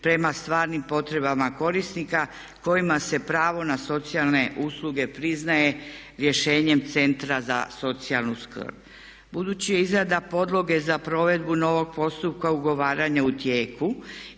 prema stvarnim potrebama korisnika kojima se pravo na socijalne usluge priznaje rješenjem centra za socijalnu skrb. Budući je izrada podloge za provedbu novog postupka ugovaranja u tijeku